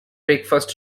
breakfast